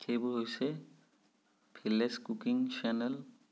সেইবোৰ হৈছে village cooking channel